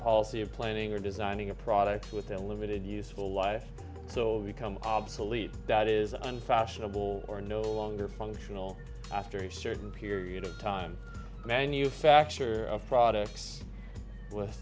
policy of planning or designing a product with a limited useful life so become obsolete that is unfashionable or no longer functional after a certain period of time manufacture of products with